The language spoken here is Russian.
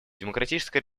демократическая